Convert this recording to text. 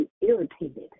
irritated